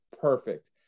perfect